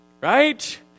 right